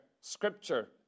scripture